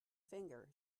finger